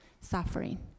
suffering